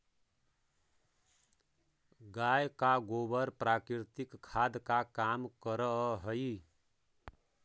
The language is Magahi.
गाय का गोबर प्राकृतिक खाद का काम करअ हई